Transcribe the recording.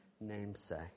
namesake